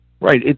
Right